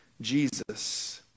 Jesus